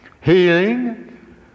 Healing